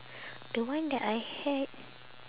the one that I had